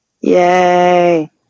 yay